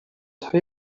های